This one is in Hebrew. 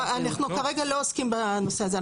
--- אנחנו כרגע לא עוסקים בנושא הזה,